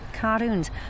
Cartoons